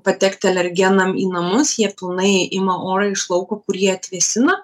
patekt alergenam į namus jie pilnai ima orą iš lauko kurį atvėsina